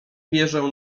wierzę